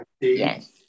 Yes